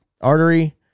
artery